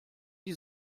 die